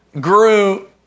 grew